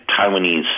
Taiwanese